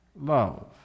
love